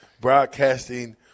broadcasting